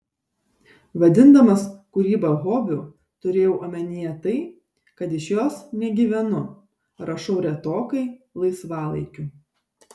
vadindamas kūrybą hobiu turėjau omenyje tai kad iš jos negyvenu rašau retokai laisvalaikiu